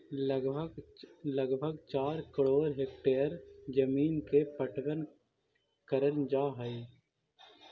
लगभग चार करोड़ हेक्टेयर जमींन के पटवन करल जा हई